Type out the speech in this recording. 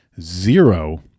zero